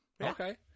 okay